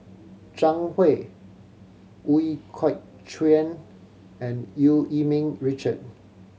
Zhang Hui Ooi Kok Chuen and Eu Yee Ming Richard